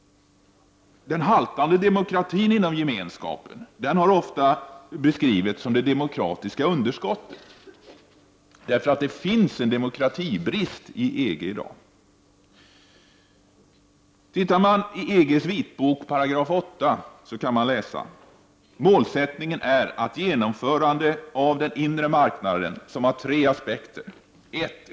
Den haltande demokratin inom Gemenskapen har ofta beskrivits som det demokratiska underskottet. Det finns en demokratibrist inom EG i dag. I EGs vitbok, 8 §, kan man läsa att målsättningen är ett genomförande av den inre marknaden. Det finns, heter det, tre aspekter: ”1.